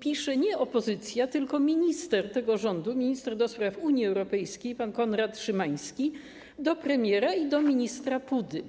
pisze nie opozycja, tylko minister tego rządu, minister do spraw Unii Europejskiej pan Konrad Szymański do premiera i do ministra Pudy.